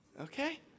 okay